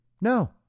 No